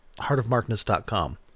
heartofmarkness.com